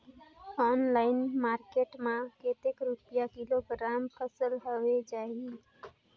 Online market मां कतेक रुपिया किलोग्राम फसल हवे जाही?